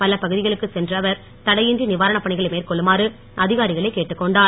பல பகுதிகளுக்கு சென்ற அவர் தடையின்றி நிவாரணப்பணிகளை மேற்கொள்ளுமாறு அதிகாரிகளை கேட்டுக் கொண்டார்